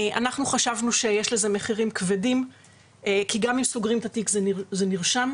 אנחנו חשבנו שיש לזה מחירים כבדים כי גם אם סוגרים את התיק זה נרשם,